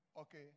Okay